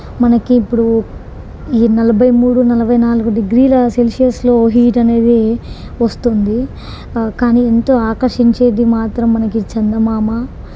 మనకి ఇప్పుడు ఈ నలభై మూడు నలభై నాలుగు డిగ్రీల సెల్సియస్లో హీట్ అనేది వస్తుంది కానీ ఎంతో ఆకర్షించేది మాత్రం మనకి చందమామ